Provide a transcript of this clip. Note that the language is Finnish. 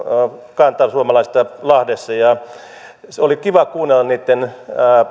kantasuomalaisista lahdessa oli kiva kuunnella tuon tilanteen yhteydessä niitten